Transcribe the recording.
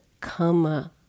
Kama